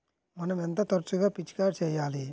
మనం ఎంత తరచుగా పిచికారీ చేయాలి?